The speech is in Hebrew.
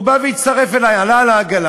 הוא בא והצטרף אלי, עלה על העגלה.